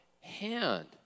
hand